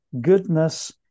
goodness